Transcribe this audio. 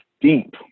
deep